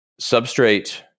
Substrate